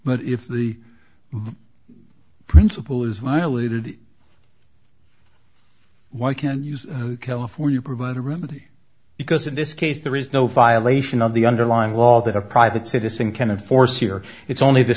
but if the principle is violated why can't you california provide a remedy because in this case there is no violation of the underlying law that a private citizen can of force here it's only this